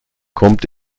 kommt